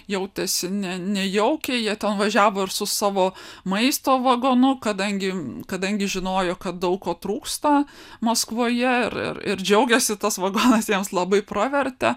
jautėsi ne nejaukiai jie ten važiavo ir su savo maisto vagonu kadangi kadangi žinojo kad daug ko trūksta maskvoje ir ir džiaugėsi tas vagonas jiems labai pravertė